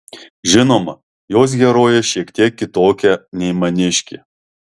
žinoma jos herojė šiek tiek kitokia nei maniškė